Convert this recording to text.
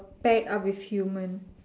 pet are with human